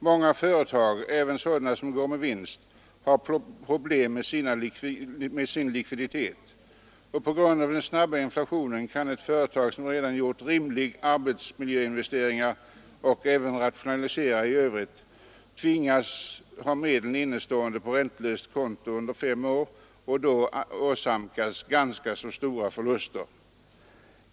Många företag, även sådana som går med vinst, har problem med sin likviditet. På grund av den snabba inflationen kan ett företag, som redan gjort rimliga arbetsmiljöinvesteringar och rationaliseringar i övrigt och som tvingas ha medlen innestående räntelöst under fem år, åsamkas ganska stora förluster.